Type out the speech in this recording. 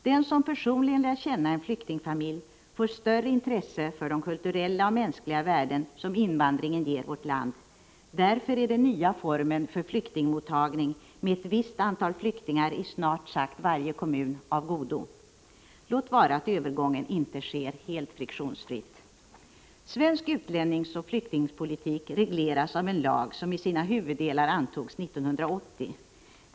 Den som personligen lär känna en flyktingfamilj får större intresse för de kulturella och mänskliga värden som invandringen ger vårt land. Därför är den nya formen för flyktingmottagning med ett visst antal flyktingar i snart sagt varje kommun av godo, låt vara att övergången inte sker helt friktionsfritt. Svensk utlänningsoch flyktingpolitik regleras av en lag som i sina huvuddelar antogs 1980.